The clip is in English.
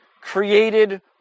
created